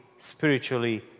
spiritually